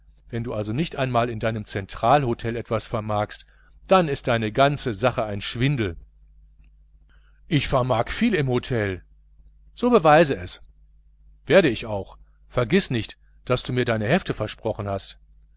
wenn du also nicht einmal in deinem zentralhotel etwas vermagst dann ist deine ganze sache ein schwindel ich vermag viel im hotel so beweise es werde ich auch vergiß nicht daß du mir deine hefte versprochen hast